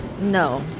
No